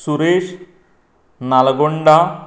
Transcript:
Suresh Nalgunda